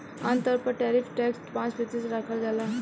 आमतौर पर tariff tax पाँच प्रतिशत राखल जाला